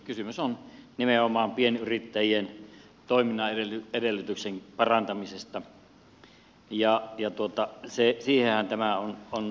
kysymys on nimenomaan pienyrittäjien toiminnan edellytysten parantamisesta ja siihenhän tämä on todella paikallaan